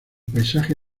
paisaje